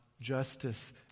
justice